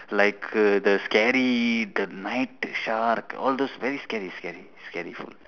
like err the scary the night shark all those very scary scary scary scary photo